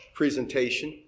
presentation